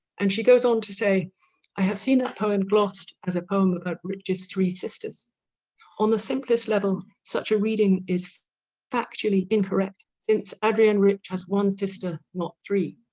and she goes on to say i have seen that ah poem glossed as a poem about rich's three sisters on the simplest level such a reading is factually incorrect since adrienne rich has one sister not three